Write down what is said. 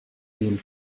bean